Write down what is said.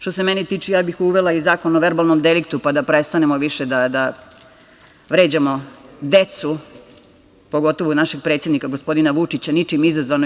Što se mene tiče ja bih uvela i zakon o verbalnom deliktu, pa da prestanemo više da vređamo decu, pogotovo našeg predsednika, gospodina Vučića, ničim izazvano.